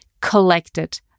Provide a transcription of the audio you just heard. collected